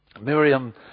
Miriam